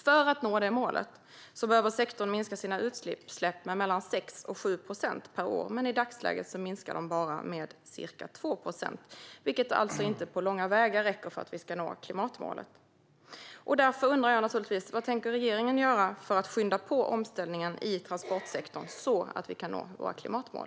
För att nå det målet behöver sektorn minska sina utsläpp med mellan 6 och 7 procent per år, men i dagsläget minskar de med bara ca 2 procent, vilket alltså inte på långa vägar räcker för att vi ska nå klimatmålet. Vad tänker regeringen göra för att skynda på omställningen i transportsektorn så att vi kan nå våra klimatmål?